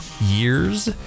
years